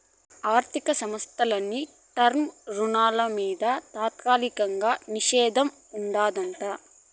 ఆర్థిక సంస్థల అన్ని టర్మ్ రుణాల మింద తాత్కాలిక నిషేధం ఉండాదట